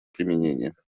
применения